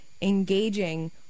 engaging